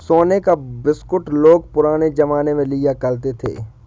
सोने का बिस्कुट लोग पुराने जमाने में लिया करते थे